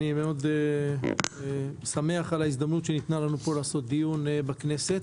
אני מאוד שמח על ההזדמנות שניתנה לנו פה לעשות דיון בכנסת.